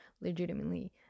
legitimately